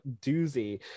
doozy